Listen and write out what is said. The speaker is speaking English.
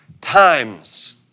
times